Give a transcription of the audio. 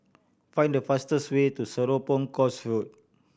find the fastest way to Serapong Course Road